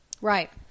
Right